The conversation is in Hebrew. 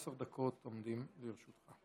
עשר דקות עומדות לרשותך.